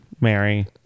mary